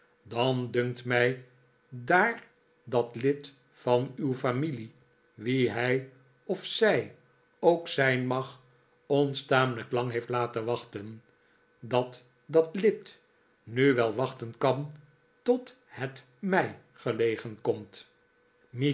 dan dunkt mij daar dat lid van uw familie wie hij of zij ook zijn mag ons tamelijk lang heeft laten wachten dat dat lid nu wel wachten kan tot het m ij gelegen komt